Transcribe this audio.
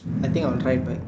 I think I will find like